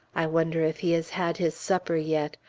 i wonder if he has had his supper yet?